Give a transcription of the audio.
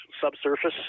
subsurface